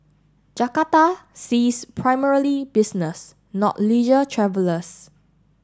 Jakarta sees primarily business not leisure travellers